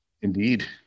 indeed